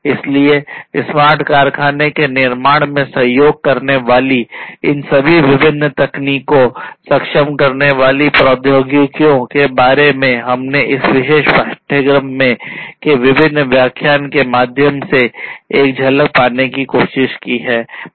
इसलिए स्मार्ट कारखाने के निर्माण में सहयोग करने वाली इन सभी विभिन्न तकनीकों सक्षम करने वाली प्रौद्योगिकियों के बारे में हमने इस विशेष पाठ्यक्रम के विभिन्न व्याख्यान के माध्यम से एक झलक पाने की कोशिश की है